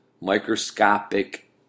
microscopic